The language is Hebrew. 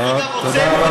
למה הוא דג אותם,